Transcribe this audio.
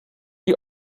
die